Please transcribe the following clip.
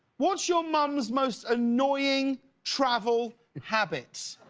what's your mom's most annoying travel habit?